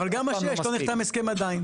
אבל גם מה שיש, לא נחתם הסכם עדיין.